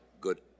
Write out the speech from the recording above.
good